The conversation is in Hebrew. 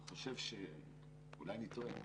אולי אני טועה,